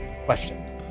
question